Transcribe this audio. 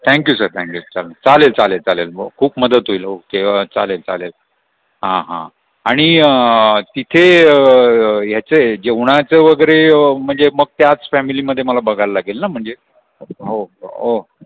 thank you sir thank you छान चालेल चालेल चालेल हो खूप मदत होईल ओके अ चालेल चालेल हां हां आणि तिथे याचे जेवणाचे वगैरे म्हणजे मग त्याच फॅमिलीमध्ये मला बघायल लागेल ना म्हणजे हो हो